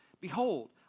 Behold